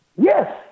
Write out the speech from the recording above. Yes